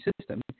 system